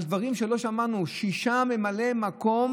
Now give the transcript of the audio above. על דברים שלא שמענו: שישה ממלאי מקום